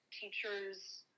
teachers